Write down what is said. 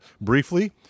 briefly